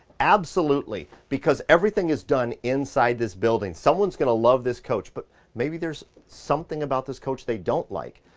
absolutely because everything is done inside this building. someone's gonna love this coach, but maybe there's something about this coach they don't like.